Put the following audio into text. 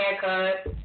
haircut